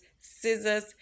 scissors